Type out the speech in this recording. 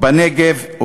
ובנגב,